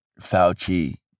Fauci